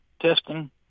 testing